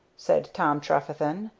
said tom trefethen,